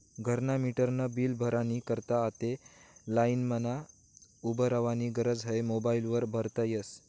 घरना मीटरनं बील भरानी करता आते लाईनमा उभं रावानी गरज नै मोबाईल वर भरता यस